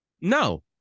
no